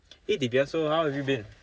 !hey! diviya so how have you been